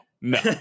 No